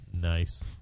Nice